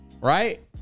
right